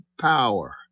power